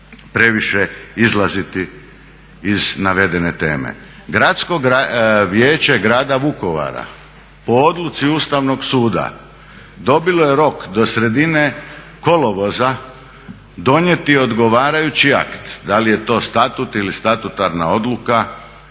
previše izlaziti iz navedene teme. Gradsko vijeće grada Vukovara po odluci Ustavnog suda dobilo je rok do sredine kolovoza donijeti odgovarajući akt, da li je to statut ili statutarna odluka,